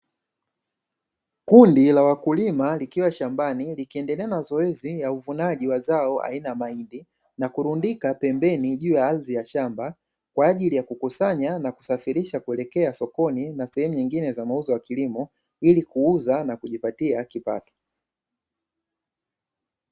Kundi la wakulima likiwa shambani likiendelea na zoezi la uvunaji wa zao aina ya mahindi, na kurundika pembeni juu ya ardhi ya shamba kwa ajili ya kukusanya na kusafirisha kuelekea sokoni na sehemu nyingine za mauzo ya kilimo, ili kuuza na kujipatia kipato.